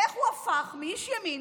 איך הוא הפך מאיש ימין